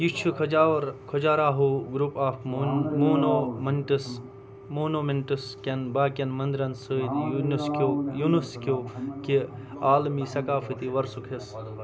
یہِ چھُ کھۄجاور خۄجاراہو گرُپ آف مون مونومنٹس مونومِنٹس کٮ۪ن باقین منٛدررن سۭتۍ یونسکو یونِسکیو کہِ عالمی ثقافتی ورثُک حصہٕ